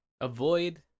avoid